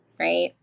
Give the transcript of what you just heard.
right